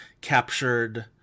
captured